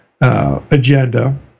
Agenda